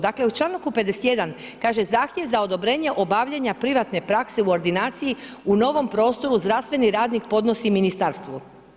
Dakle, u članku 51. kaže: „Zahtjev za odobrenje obavljanja privatne prakse u ordinaciji u novom prostoru zdravstveni radnik podnosi ministarstvu.